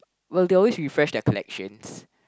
well they always refresh their collections